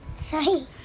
Three